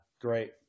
Great